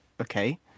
okay